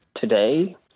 today